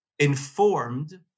informed